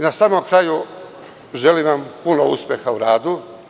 Na samom kraju, želim vam puno uspeha u radu.